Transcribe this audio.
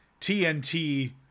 TNT